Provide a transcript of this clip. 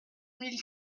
mille